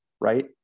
right